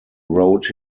wrote